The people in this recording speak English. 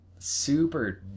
super